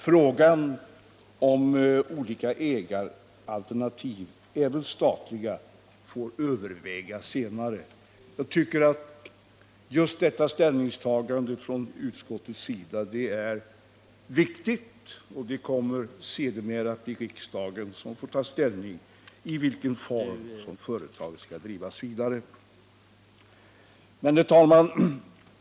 Frågan om olika ägaralternativ — även statliga — får övervägas senare.” Jag tycker att just detta utskottets ställningstagande är viktigt, men det blir riksdagen som kommer att ta ställning till i vilken form företaget skall drivas vidare.